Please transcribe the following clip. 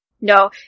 No